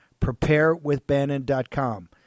Preparewithbannon.com